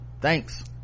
Thanks